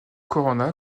corona